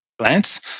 plants